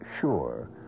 sure